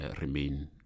remain